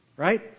Right